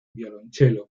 violonchelo